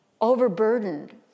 overburdened